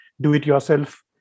do-it-yourself